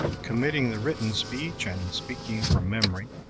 committing the written speech and speaking from memory,